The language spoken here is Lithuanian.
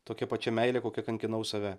tokia pačia meile kokia kankinau save